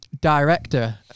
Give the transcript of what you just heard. director